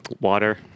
Water